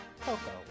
Coco